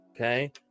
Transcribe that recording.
okay